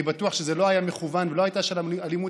אני בטוח שזה לא היה מכוון ולא הייתה שם אלימות.